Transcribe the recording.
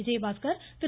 Vijayabaskar Thiru